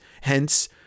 hence